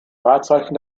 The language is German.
wahrzeichen